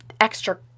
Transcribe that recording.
extra